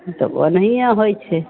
तब ओनाहिए होइ छै